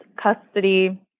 custody